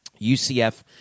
UCF